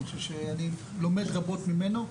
אני חושב שאני לומד רבות ממנו,